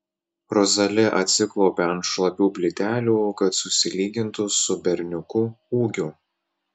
rozali atsiklaupia ant šlapių plytelių kad susilygintų su berniuku ūgiu